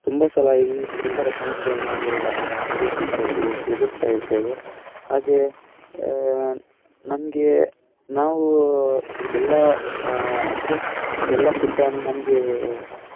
ತುಂಬ ಸಲ ಇದೇ ಈ ಥರ ಸಮಸ್ಯೆಗಳನ್ನು ನಾವು ಎದುರಿಸಿದ್ದೆ ಎದುರಿಸ್ತಾ ಇರ್ತೇವೆ ಹಾಗೇ ನಮಗೆ ನಾವು ಎಲ್ಲ ಅಂದರೆ ಎಲ್ಲ ಫುಡ್ಡನ್ನು ನಮ್ಗೆ